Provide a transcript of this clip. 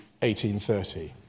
1830